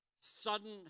sudden